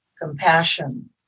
compassion